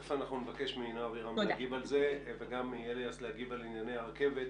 תיכף נבקש מנעה אבירם להגיב על זה וגם מאליאס להגיב על ענייני הרכבת.